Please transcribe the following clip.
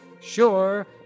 Sure